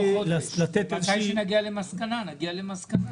מתי שנגיע למסקנה, נגיע למסקנה.